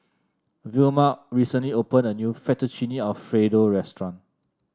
Vilma recently opened a new Fettuccine Alfredo Restaurant